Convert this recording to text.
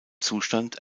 zustand